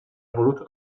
voluto